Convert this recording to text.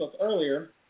earlier